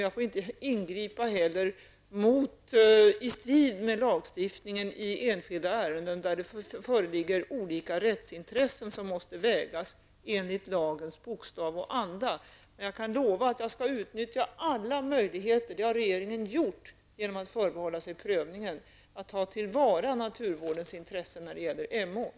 Jag får inte heller ingripa i strid mot lagstiftningen i enskilda ärenden där det föreligger olika rättsintressen som måste vägas enligt lagens bokstav och anda. Jag kan emellertid lova att jag skall utnyttja alla möjligheter, det har regeringen gjort genom att förbehålla sig prövningen, att ta till vara naturvårdens intressen när det gäller Emån.